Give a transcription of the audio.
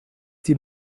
die